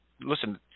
listen